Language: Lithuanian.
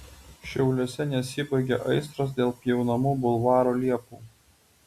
šiauliuose nesibaigia aistros dėl pjaunamų bulvaro liepų